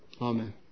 amen